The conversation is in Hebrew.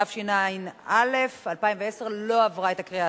התשע"א 2010, נתקבלה.